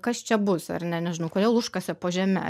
kas čia bus ar ne nežinau kodėl užkasė po žeme